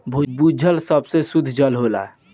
भूजल सबसे सुद्ध जल होला